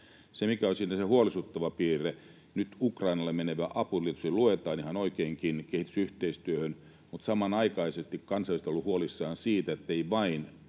Se, mikä on siinä se huolestuttava piirre, on, että kun nyt Ukrainalle menevä apu tietysti luetaan ihan oikeinkin kehitysyhteistyöhön, niin samanaikaisesti kansalaiset ovat olleet huolissaan siitä, ettei